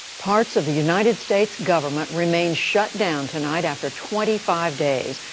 parts of the united states government remain shut down tonight after twenty five days.